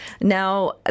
Now